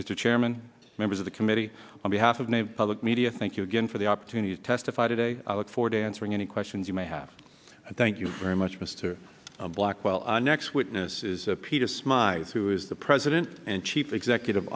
mr chairman members of the committee on behalf of named public media thank you again for the opportunity to testify today i look forward to answering any questions you may have i thank you very much mr blackwell next witness is peter smyth who is the president and chief executive